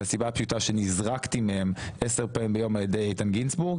מהסיבה הפשוטה שנזרקתי מהם עשר פעמים ביום על ידי איתן גינזבורג